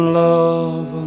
love